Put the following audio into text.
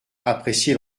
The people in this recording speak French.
apprécié